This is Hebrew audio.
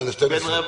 ב-11:45.